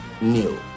new